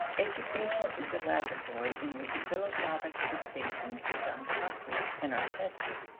education is the laboratory in which philosophic distinctions become concrete and are tested.